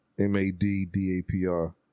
m-a-d-d-a-p-r